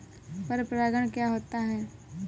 पर परागण क्या होता है?